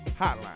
Hotline